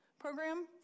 program